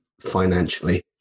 financially